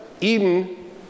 Eden